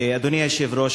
אדוני היושב-ראש,